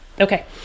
okay